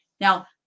Now